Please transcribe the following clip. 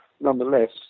nonetheless